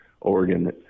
Oregon –